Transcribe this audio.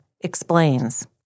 explains